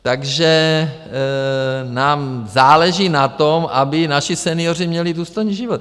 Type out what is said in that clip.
Takže nám záleží na tom, aby naši senioři měli důstojný život.